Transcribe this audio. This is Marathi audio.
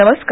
नमस्कार